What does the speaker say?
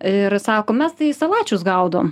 ir sako mes tai savačius gaudom